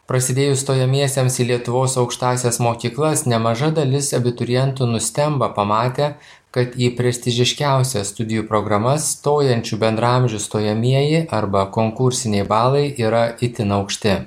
prasidėjus stojamiesiems į lietuvos aukštąsias mokyklas nemaža dalis abiturientų nustemba pamatę kad į prestižiškiausias studijų programas stojančių bendraamžių stojamieji arba konkursiniai balai yra itin aukšti